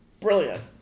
Brilliant